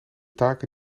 taken